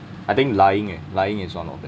I think lying eh lying is one of